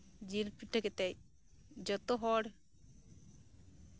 ᱡᱤᱞ ᱯᱤᱴᱷᱟᱹ ᱠᱟᱛᱮᱜ ᱡᱚᱛᱚ ᱦᱚᱲ